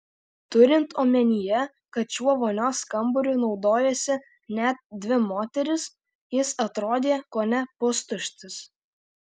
turint omenyje kad šiuo vonios kambariu naudojosi net dvi moterys jis atrodė kone pustuštis